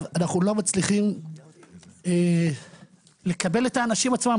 אנחנו לא מצליחים לקבל את האנשים עצמם.